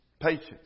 Patience